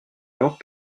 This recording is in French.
alors